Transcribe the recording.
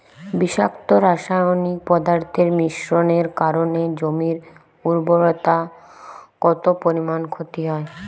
বিষাক্ত রাসায়নিক পদার্থের মিশ্রণের কারণে জমির উর্বরতা কত পরিমাণ ক্ষতি হয়?